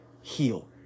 heal